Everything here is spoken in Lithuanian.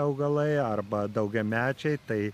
augalai arba daugiamečiai tai